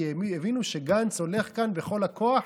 כי הבינו שגנץ הולך כאן בכל הכוח,